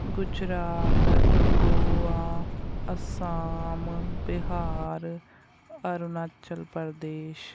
Gujarat Goa Assam Bihar Arunachal Pradesh